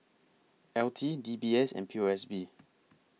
L T D B S and P O S B